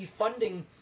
defunding